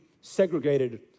segregated